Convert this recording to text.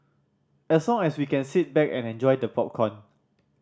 as long as we can sit back and enjoy the popcorn